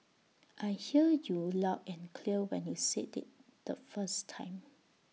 I heard you loud and clear when you said IT the first time